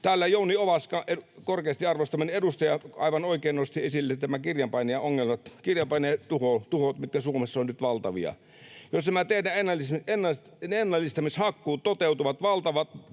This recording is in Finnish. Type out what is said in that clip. Täällä Jouni Ovaska, korkeasti arvostamani edustaja, aivan oikein nosti esille nämä kirjanpainajaongelmat, kirjanpainajatuhot, mitkä Suomessa ovat nyt valtavia. Jos nämä teidän ennallistamishakkuut toteutuvat, valtavat